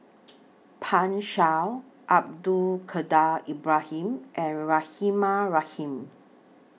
Pan Shou Abdul Kadir Ibrahim and Rahimah Rahim